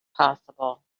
possible